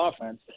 offense